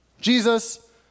Jesus